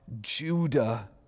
Judah